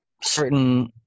certain